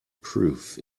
proof